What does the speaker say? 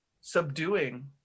subduing